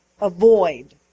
avoid